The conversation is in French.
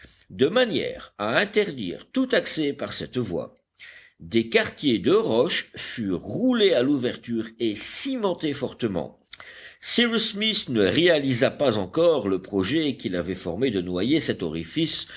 de manière à interdire tout accès par cette voie des quartiers de roches furent roulés à l'ouverture et cimentés fortement cyrus smith ne réalisa pas encore le projet qu'il avait formé de noyer cet orifice